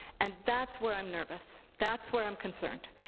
and that's where i'm nervous. that's where i'm concerned.